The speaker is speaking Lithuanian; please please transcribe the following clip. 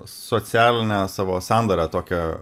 socialinę savo sandarą tokią